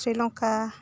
Sri Lanka